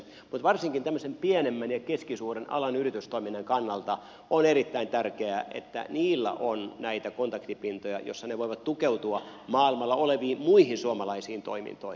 mutta varsinkin tämmöisen pienemmän ja keskisuuren alan yritystoiminnan kannalta on erittäin tärkeää että niillä on näitä kontaktipintoja joissa ne voivat tukeutua maailmalla oleviin muihin suomalaisiin toimintoihin